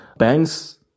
Banks